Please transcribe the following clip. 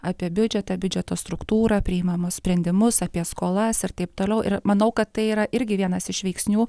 apie biudžetą biudžeto struktūrą priimamus sprendimus apie skolas ir taip toliau ir manau kad tai yra irgi vienas iš veiksnių